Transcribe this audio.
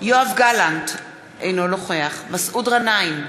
יואב גלנט, אינו נוכח מסעוד גנאים,